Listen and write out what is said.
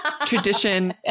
tradition